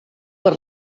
per